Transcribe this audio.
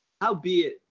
Howbeit